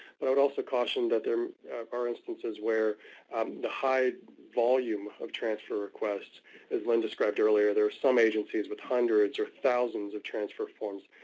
but i'd also caution that there are instances where the high volume of transfer requests is one described earlier. there are some agencies with hundreds or thousands of transfer forms.